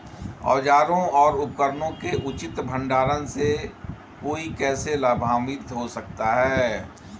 औजारों और उपकरणों के उचित भंडारण से कोई कैसे लाभान्वित हो सकता है?